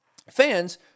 Fans